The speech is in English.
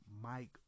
Mike